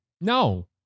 No